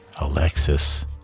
Alexis